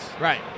Right